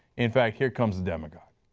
in fact, here comes the demagoguery.